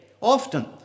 Often